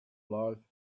life